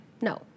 No